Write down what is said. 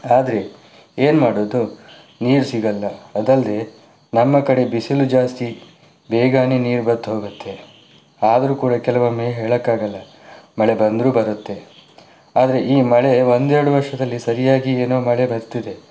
ಆದರೆ ಏನ್ಮಾಡೋದು ನೀರು ಸಿಗಲ್ಲ ಅದಲ್ಲದೆ ನಮ್ಮ ಕಡೆ ಬಿಸಿಲು ಜಾಸ್ತಿ ಬೇಗನೆ ನೀರು ಬತ್ತಿ ಹೋಗತ್ತೆ ಆದರೂ ಕೂಡ ಕೆಲವೊಮ್ಮೆ ಹೇಳೋಕ್ಕಾಗಲ್ಲ ಮಳೆ ಬಂದರೂ ಬರತ್ತೆ ಆದರೆ ಈ ಮಳೆ ಒಂದೆರಡು ವರ್ಷದಲ್ಲಿ ಸರಿಯಾಗಿ ಏನೋ ಮಳೆ ಬರ್ತಿದೆ